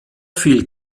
fiel